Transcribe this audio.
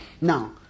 Now